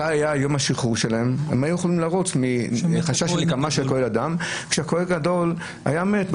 יום השחרור שלהם היה כאשר הכהן הגדול היה מת.